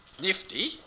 nifty